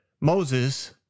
Moses